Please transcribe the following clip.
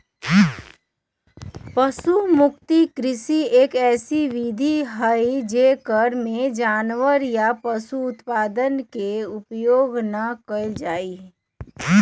पशु मुक्त कृषि, एक ऐसी विधि हई जेकरा में जानवरवन या पशु उत्पादन के उपयोग ना कइल जाहई